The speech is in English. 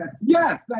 Yes